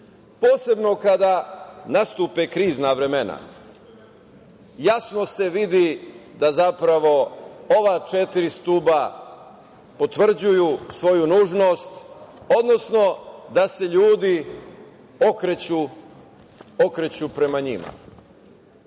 Posebno kada nastupe krizna vremena. Jasno se vidi da zapravo ova četiri stuba potvrđuju svoju nužnost, odnosno da se ljudi okreću prema njima. Mi